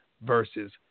versus